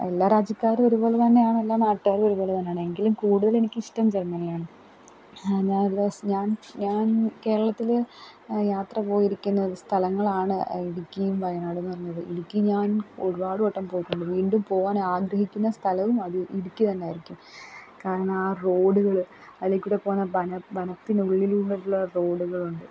എല്ലാ രാജ്യക്കാരും ഒരുപോലെ തന്നെയാണെല്ലാ നാട്ടുകാരും ഒരുപോലെ തന്നെയാണ് എങ്കിലും കൂടുതലെനിക്കിഷ്ടം ജെർമ്മെനിയാണ് ഞാനൊരുദിവസ് ഞാൻ ഞാൻ കേരളത്തില് യാത്ര പോയിരിക്കുന്നൊരു സ്ഥലങ്ങളാണ് ഇടുക്കിയും വയനാടമെന്ന് പറഞ്ഞത് ഇടുക്കി ഞാൻ ഒരുപാട് വട്ടം പോയിട്ടുണ്ട് വീണ്ടും പോവാനാഗ്രഹിക്കുന്ന സ്ഥലവും അത് ഇടുക്കി തന്നെയായിരിക്കും കാരണം ആ റോഡുകള് അതിലേക്കൂടെ പോകുന്ന വനത്തിനുള്ളിലൂടെയുള്ള റോഡുകളുണ്ട്